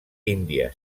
índia